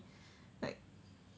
like